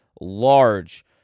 large